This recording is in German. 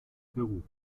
peru